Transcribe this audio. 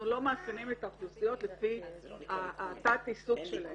אנחנו לא מאפיינים את האוכלוסיות לפי התת עיסוק שלהן.